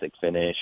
finish